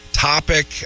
topic